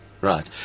right